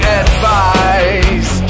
advice